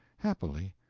happily,